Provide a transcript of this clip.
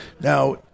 Now